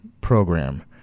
program